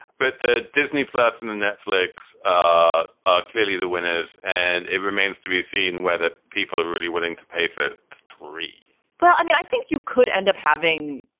but the disney plus and and netflix are are clearly the winners, and it remains to be seen whether people are really willing to pay for it. three well, i mean, i think you could end up having,